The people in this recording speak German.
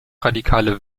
radikale